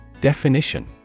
Definition